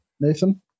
Nathan